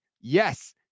Yes